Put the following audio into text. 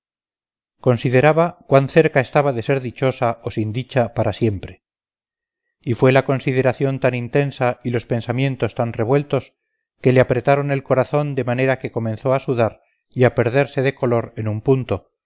consideraba cuán cerca estaba de ser dichosa o sin dicha para siempre y fue la consideración tan intensa y los pensamientos tan revueltos que le apretaron el corazón de manera que comenzó a sudar y a perderse de color en un punto